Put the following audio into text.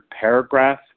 paragraph